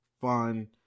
fun